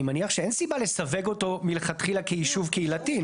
אני מניח שאין סיבה לסווג אותו מלכתחילה כיישוב קהילתי,